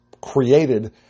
created